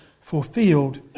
fulfilled